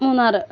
Munnar